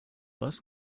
bus